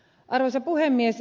arvoisa puhemies